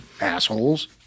assholes